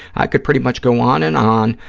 i could pretty much go on and on,